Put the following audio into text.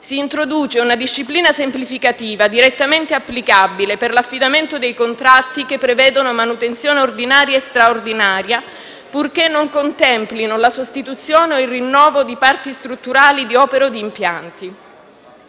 Si introduce una disciplina semplificativa direttamente applicabile per l'affidamento dei contratti che prevedono manutenzione ordinaria e straordinaria, purché non contemplino la sostituzione o il rinnovo di parti strutturali di opere o di impianti.